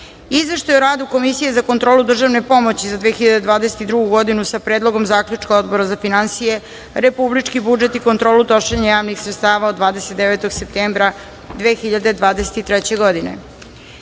Izveštaj o radu Komisije za kontrolu državne pomoći za 2022. godinu, sa Predlogom zaključka Odbora za finansije, republički budžet i kontrolu trošenja javnih sredstava od 29. septembra 2023. godine;45.